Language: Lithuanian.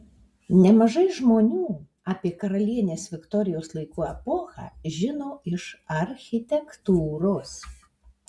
nemažai žmonių apie karalienės viktorijos laikų epochą žino iš architektūros